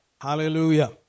Hallelujah